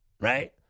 right